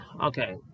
Okay